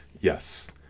Yes